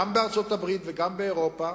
גם בארצות-הברית, גם באירופה